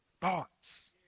thoughts